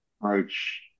approach